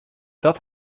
dat